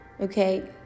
okay